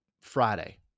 friday